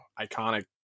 iconic